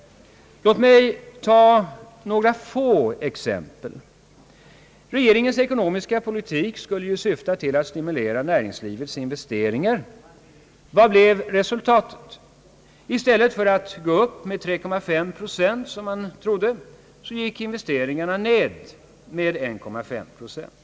Låt mig ta några få exempel. Regeringens ekonomiska politik skulle syfta till att stimulera näringslivets investeringar. Vad blev resultatet? I stället för att gå upp med 3,5 procent, som man trodde, gick investeringarna ner med 1,5 procent.